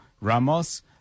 Ramos